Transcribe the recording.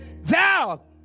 Thou